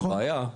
אין בעיה.